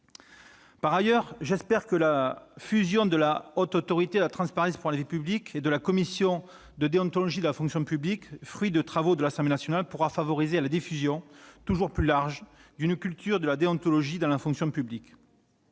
Par ailleurs, j'espère que la fusion de la HATVP et de la commission de déontologie de la fonction publique, fruit des travaux de l'Assemblée nationale, pourra favoriser la diffusion, toujours plus large, d'une culture de la déontologie dans la fonction publique.